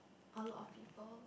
a lot of people